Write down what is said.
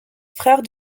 frère